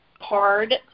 hard